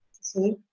see